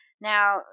Now